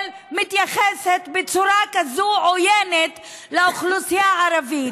מתייחסת בצורה כזאת עוינת לאוכלוסייה הערבית.